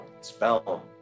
spell